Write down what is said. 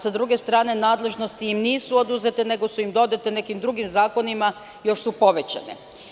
S druge strane, nadležnosti im nisu oduzete nego su im dodate nekim drugim zakonima i još su povećane.